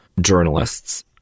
journalists